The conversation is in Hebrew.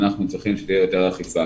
אנחנו צריכים שתהיה יותר אכיפה,